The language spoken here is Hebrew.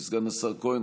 סגן השר כהן,